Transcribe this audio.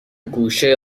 گوشه